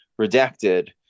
redacted